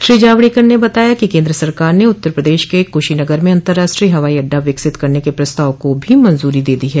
श्रो जावड़ेकर ने बताया कि केन्द्र सरकार ने उत्तर प्रदेश के कुशीनगर में अतर्राष्ट्रीय हवाई अड्डा विकसित करने के प्रस्ताव को भी मंजूरी दे दी है